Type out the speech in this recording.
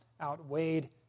outweighed